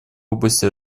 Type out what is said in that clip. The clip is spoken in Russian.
области